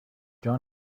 جان